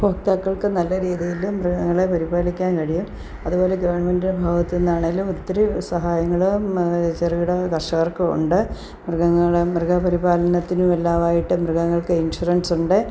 ഉപഭോക്താക്കൾക്ക് നല്ല രീതിയിൽ മൃഗങ്ങളെ പരിപാലിക്കാൻ കഴിയും അതുപോലെ ഗവൺമെൻ്റ് ഭാഗത്ത് നിന്നാണേലും ഒത്തിരി സഹായങ്ങളും ചെറുകിട കർഷകർക്കും ഉണ്ട് മൃഗങ്ങളെ മൃഗപരിപാലനത്തിനും എല്ലാമായിട്ട് മൃഗങ്ങൾക്ക് ഇൻഷ്യുറൻസ് ഉണ്ട്